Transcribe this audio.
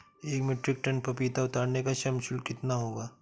एक metric ton पपीता उतारने का श्रम शुल्क कितना होगा?